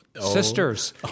sisters